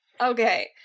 Okay